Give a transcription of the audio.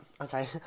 okay